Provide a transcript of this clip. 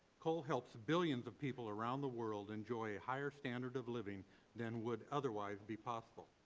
coal helps billions of people around the world enjoy a higher standard of living than would otherwise be possible.